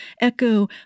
echo